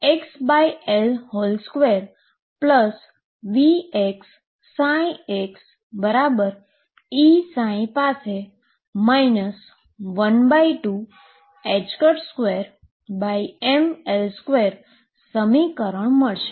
તેથી d2d2VxxEψ પાસે 12 2mL2 સમીકરણ મળશે